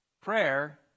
Prayer